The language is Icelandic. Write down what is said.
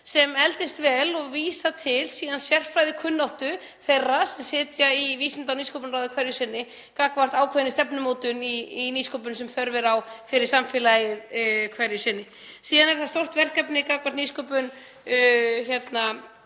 sem eldist vel og vísað til síðan sérfræðikunnáttu þeirra sem sitja í Vísinda- og nýsköpunarráði hverju sinni varðandi ákveðna stefnumótun í nýsköpun sem þörf er á fyrir samfélagið á hverjum tíma. Síðan er það stórt verkefni í nýsköpun